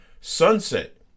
sunset